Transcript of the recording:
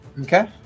Okay